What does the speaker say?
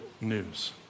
news